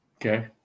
okay